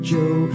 Joe